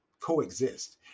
coexist